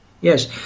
Yes